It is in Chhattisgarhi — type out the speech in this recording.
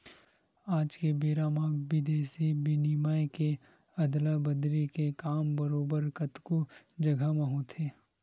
आज के बेरा म बिदेसी बिनिमय के अदला बदली के काम बरोबर कतको जघा म होथे